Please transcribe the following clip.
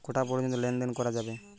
কটা পর্যন্ত লেন দেন করা যাবে?